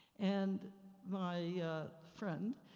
and my friend,